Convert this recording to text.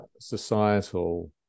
societal